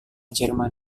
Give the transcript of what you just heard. jerman